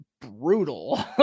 brutal